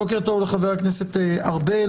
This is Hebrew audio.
בוקר טוב לחבר הכנסת ארבל.